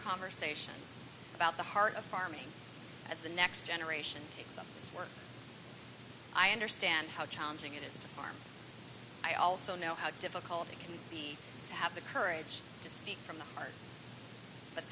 conversation about the heart of farming as the next generation makes them work i understand how challenging it is to farm i also know how difficult it can be to have the courage to speak from the heart but